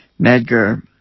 Medgar